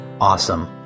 Awesome